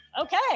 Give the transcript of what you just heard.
okay